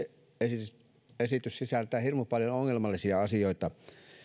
esitys esitys sisältää hirmu paljon ongelmallisia asioita